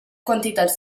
quantitats